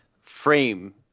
frame